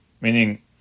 meaning